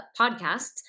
podcasts